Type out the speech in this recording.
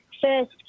first